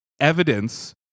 evidence